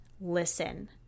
listen